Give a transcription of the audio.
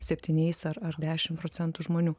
septyniais ar ar dešim procentų žmonių